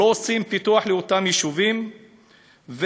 לא עושים פיתוח לאותם יישובים ומשאירים